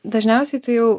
dažniausiai tai jau